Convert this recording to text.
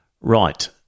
right